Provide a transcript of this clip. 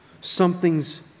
Something's